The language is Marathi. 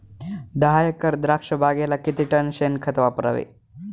दहा एकर द्राक्षबागेला किती टन शेणखत वापरावे?